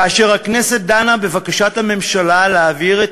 כאשר הכנסת דנה בבקשת הממשלה להעביר את